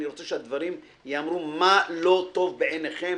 אני רוצה שייאמר מה לא טוב בעיניכם